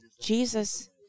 Jesus